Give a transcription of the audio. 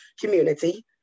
community